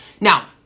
Now